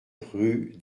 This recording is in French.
rue